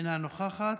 אינה נוכחת.